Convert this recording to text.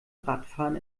radfahren